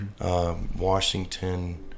Washington